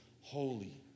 holy